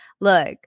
Look